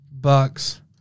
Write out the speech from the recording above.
Bucks